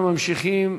אנחנו ממשיכים.